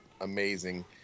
amazing